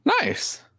Nice